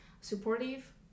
supportive